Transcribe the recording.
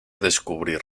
descubrir